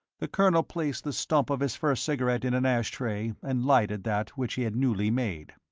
the colonel placed the stump of his first cigarette in an ash tray and lighted that which he had newly made.